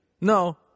no